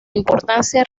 importancia